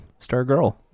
Stargirl